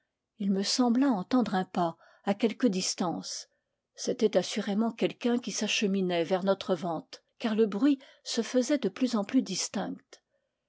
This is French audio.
il me sembla entendre un pas à quelque dis tance c'était assurément quelqu'un qui s'acheminait vers notre vente car le bruit se faisait de plus en plus distinct